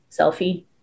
selfie